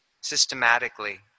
systematically